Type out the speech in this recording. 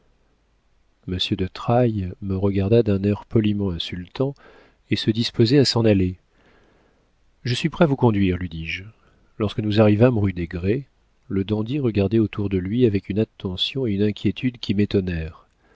monsieur de trailles me regarda d'un air poliment insultant et se disposait à s'en aller je suis prêt à vous conduire lui dis-je lorsque nous arrivâmes rue des grès le dandy regardait autour de lui avec une attention et une inquiétude qui m'étonnèrent